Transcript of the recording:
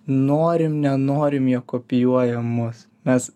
norim nenorim jie kopijuoja mus mes